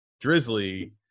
Drizzly